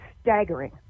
staggering